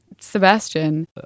Sebastian